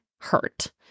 hurt